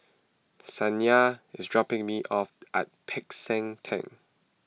Shaniya is dropping me off at Peck San theng